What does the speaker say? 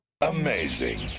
Amazing